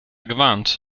gewarnt